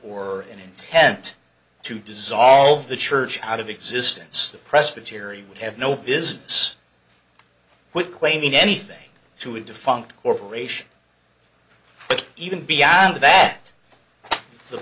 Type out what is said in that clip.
or an intent to dissolve the church out of existence the presbytery would have no business we're claiming anything to a defunct corporation but even beyond that the